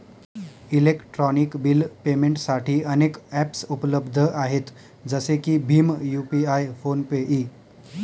electronic bill पेमेंटसाठी अनेक ॲप्सउपलब्ध आहेत जसे की भीम यू.पि.आय फोन पे इ